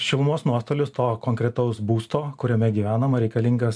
šilumos nuostolius to konkretaus būsto kuriame gyvenama reikalingas